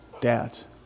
dads